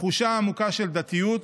תחושה עמוקה של דתיות,